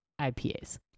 IPAs